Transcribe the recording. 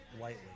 lightly